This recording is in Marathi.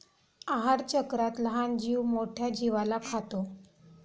आहारचक्रात लहान जीव मोठ्या जीवाला खातो